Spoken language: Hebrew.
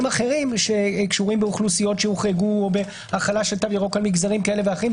אחרים שקשורים באוכלוסיות שהוחרגו בהחלת תו ירוק על מגזרים כאלה ואחרים.